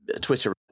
Twitter